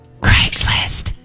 Craigslist